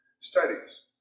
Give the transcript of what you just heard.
studies